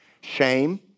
Shame